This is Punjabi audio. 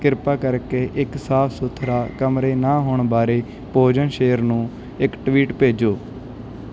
ਕਿਰਪਾ ਕਰਕੇ ਇੱਕ ਸਾਫ਼ ਸੁਥਰਾ ਕਮਰੇ ਨਾ ਹੋਣ ਬਾਰੇ ਭੋਜਨ ਸ਼ੇਰ ਨੂੰ ਇੱਕ ਟਵੀਟ ਭੇਜੋ